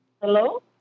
Hello